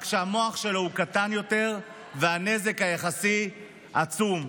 רק שהמוח שלו קטן יותר, והנזק היחסי עצום.